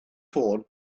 ffôn